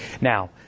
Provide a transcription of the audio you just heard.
Now